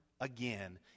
again